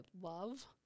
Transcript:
love